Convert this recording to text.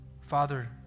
Father